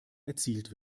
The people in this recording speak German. erzielt